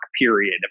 period